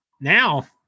now